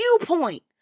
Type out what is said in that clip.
viewpoint